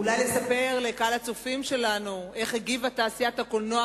אולי לספר לקהל הצופים שלנו איך הגיבה תעשיית הקולנוע,